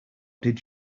did